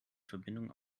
verbindung